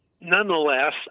nonetheless